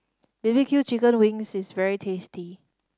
B B Q chicken wings is very tasty